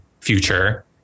future